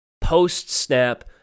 post-snap